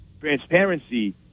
transparency